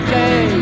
day